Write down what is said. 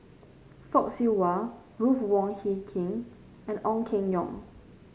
Fock Siew Wah Ruth Wong Hie King and Ong Keng Yong